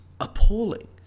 appalling